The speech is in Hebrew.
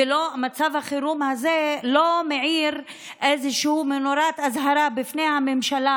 מצב החירום הזה לא מאיר איזושהי נורת אזהרה בפני הממשלה,